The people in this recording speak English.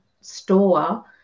store